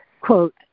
quote